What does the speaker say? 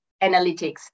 analytics